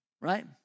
Right